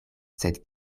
sed